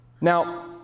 Now